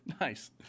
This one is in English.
Nice